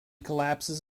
collapses